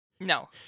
No